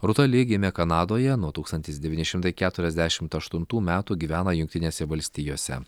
rūta li gimė kanadoje nuo tūkstantis devyni šimtai keturiasdešimt aštuntų metų gyvena jungtinėse valstijose